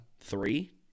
three